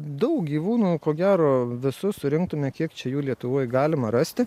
daug gyvūnų ko gero visus surinktume kiek čia jų lietuvoj galima rasti